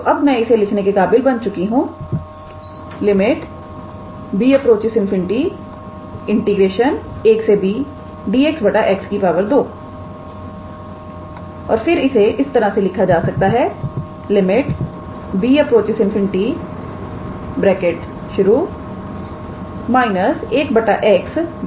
तो अब मैं इसे लिखने के काबिल बन चुकी हूंB∞1B𝑑𝑥 𝑥 2 और फिर इसे इस तरह से लिखा जा सकता है B∞ − 1𝑥 1𝐵